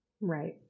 Right